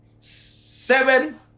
Seven